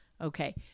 Okay